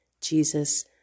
Jesus